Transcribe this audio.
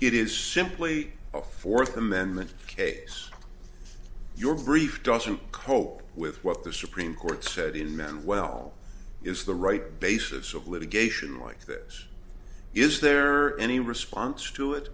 it is simply a fourth amendment case your brief doesn't cope with what the supreme court said in men well is the right basis of litigation like this is there any response to it